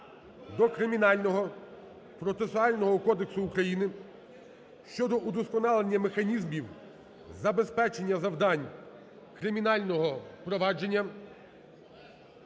до Кримінального процесуального кодексу України (щодо удосконалення механізмів забезпечення завдань кримінального провадження)